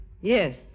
Yes